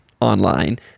online